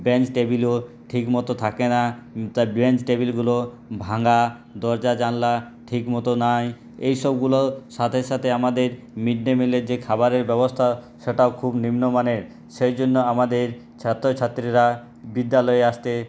bench টেবিলও ঠিকমতো থাকে না তার বেঞ্চ টেবিলগুলো ভাঙা দরজা জানলা ঠিকমতো নেই এই সবগুলোর সাথে সাথে আমাদের মিড ডে মিলের যে খাবারের ব্যবস্থা সেটাও খুব নিম্ন মানের সেই জন্য আমাদের ছাত্রছাত্রীরা বিদ্যালয়ে আসতে